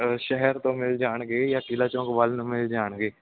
ਸ਼ਹਿਰ ਤੋਂ ਮਿਲ ਜਾਣਗੇ ਜਾਂ ਕਿਲਾ ਚੌਂਕ ਵੱਲ ਨੂੰ ਮਿਲ ਜਾਣਗੇ